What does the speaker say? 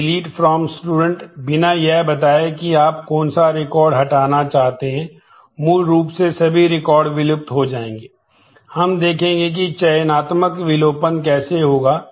तो इन बातों को याद रखना होगा